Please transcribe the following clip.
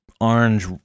orange